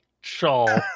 shawl